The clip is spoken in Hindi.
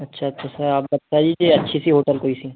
अच्छा तो सर आप बताइए अच्छी सी होटल कोई सी